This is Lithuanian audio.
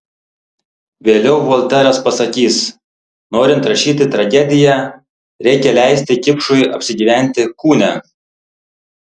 vėliau volteras pasakys norint rašyti tragediją reikia leisti kipšui apsigyventi kūne